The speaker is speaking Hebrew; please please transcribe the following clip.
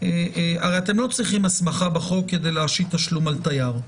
-- אתם לא צריכים הסמכה בחוק כדי להשית תשלום על תייר.